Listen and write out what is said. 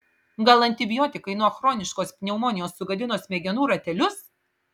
gal antibiotikai nuo chroniškos pneumonijos sugadino smegenų ratelius